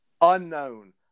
unknown